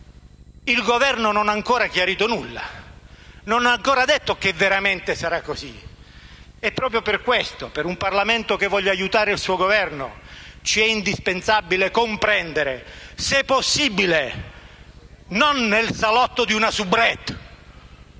il Governo non ha ancora chiarito nulla, non ha ancora detto che veramente sarà così. E proprio per questo, per un Parlamento che vuole aiutare il suo Governo è indispensabile comprendere - se possibile, non nel salotto di una *soubrette